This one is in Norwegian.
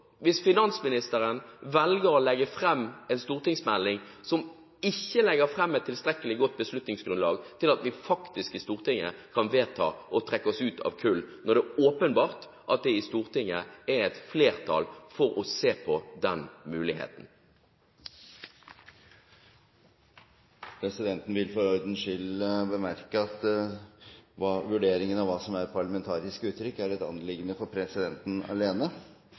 hvis finansministeren velger å legge fram en stortingsmelding som ikke har et tilstrekkelig godt beslutningsgrunnlag til at vi faktisk i Stortinget kan vedta å trekke oss ut av kull, når det er åpenbart at det i Stortinget er et flertall for å se på den muligheten. Presidenten vil for ordens skyld bemerke at vurderingen av hva som er et parlamentarisk uttrykk, er et anliggende for presidenten alene,